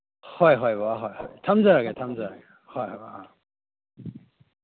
ꯍꯣꯏ ꯍꯣꯏ ꯕꯕꯥ ꯍꯣꯏ ꯊꯝꯖꯔꯒꯦ ꯊꯝꯖꯔꯒꯦ ꯍꯣꯏ ꯍꯣꯏ ꯑꯥ